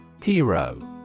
Hero